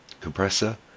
compressor